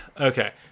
okay